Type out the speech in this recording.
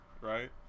right